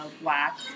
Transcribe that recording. black